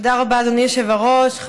תודה רבה, אדוני היושב בראש.